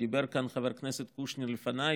דיבר כאן חבר הכנסת קושניר לפניי,